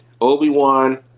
Obi-Wan